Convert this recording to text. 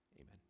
Amen